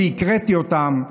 והקראתי אותם.